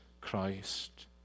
Christ